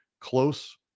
close